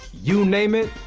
you name it,